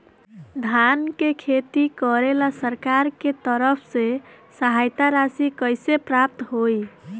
धान के खेती करेला सरकार के तरफ से सहायता राशि कइसे प्राप्त होइ?